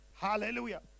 Hallelujah